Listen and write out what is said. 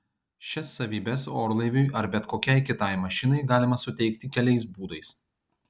šias savybes orlaiviui ar bet kokiai kitai mašinai galima suteikti keliais būdais